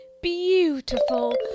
Beautiful